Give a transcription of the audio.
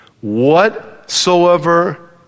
whatsoever